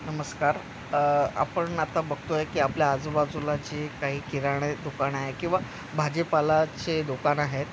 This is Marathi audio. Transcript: नमस्कार आपण आता बघतो आहे की आपल्या आजूबाजूला जे काही किराणा दुकान आहे किंवा भाजीपाल्याचे दुकान आहेत